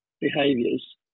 behaviors